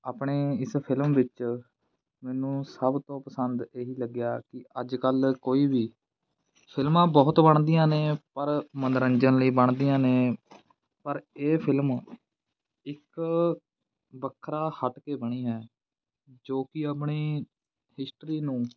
ਆਪਣੇ ਇਸ ਫਿਲਮ ਵਿੱਚ ਮੈਨੂੰ ਸਭ ਤੋਂ ਪਸੰਦ ਇਹੀ ਲੱਗਿਆ ਕਿ ਅੱਜ ਕੱਲ੍ਹ ਕੋਈ ਵੀ ਫਿਲਮਾਂ ਬਹੁਤ ਬਣਦੀਆਂ ਨੇ ਪਰ ਮਨੋਰੰਜਨ ਲਈ ਬਣਦੀਆਂ ਨੇ ਪਰ ਇਹ ਫਿਲਮ ਇੱਕ ਵੱਖਰਾ ਹਟ ਕੇ ਬਣੀ ਹੈ ਜੋ ਕਿ ਆਪਣੀ ਹਿਸਟਰੀ ਨੂੰ